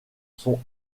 sont